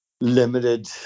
limited